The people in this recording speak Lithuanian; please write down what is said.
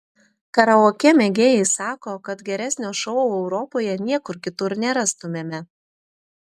karaoke mėgėjai sako kad geresnio šou europoje niekur kitur nerastumėme